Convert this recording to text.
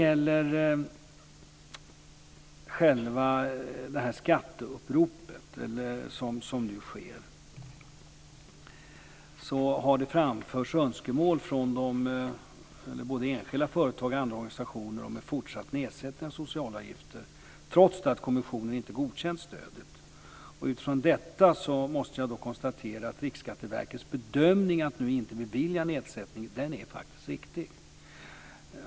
När det sedan gäller det skatteupprop som nu sker har det framförts önskemål från både enskilda företag och andra organisationer om en fortsatt nedsättning av sociala avgifter trots att kommissionen inte godkänt stödet. Utifrån detta måste jag konstatera att Riksskatteverkets bedömning att nu inte bevilja nedsättning är riktig.